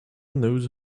knows